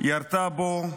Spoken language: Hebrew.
ירתה בו,